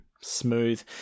smooth